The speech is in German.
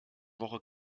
woche